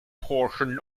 portion